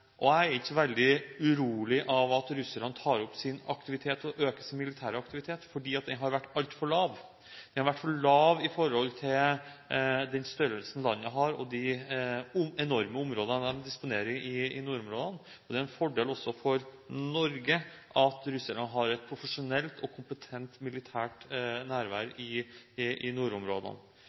og jeg er ikke så veldig urolig over at russerne øker sin militære aktivitet, for den har vært altfor lav. Den har vært for lav i forhold til den størrelsen landet har, og de enorme områdene de disponerer i nordområdene. Det er en fordel også for Norge at russerne har et profesjonelt og kompetent militært nærvær i nordområdene. Så får vi bare håpe at det er en tilstedeværelse som bidrar til lav spenning i